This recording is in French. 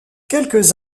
quelques